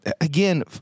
Again